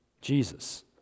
Jesus